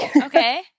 Okay